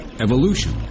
evolution